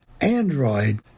Android